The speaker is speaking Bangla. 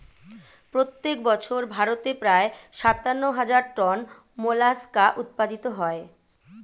প্রত্যেক বছর ভারতে প্রায় সাতান্ন হাজার টন মোলাস্কা উৎপাদিত হয়